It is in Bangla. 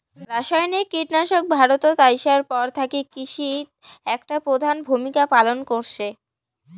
রাসায়নিক কীটনাশক ভারতত আইসার পর থাকি কৃষিত একটা প্রধান ভূমিকা পালন করসে